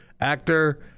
actor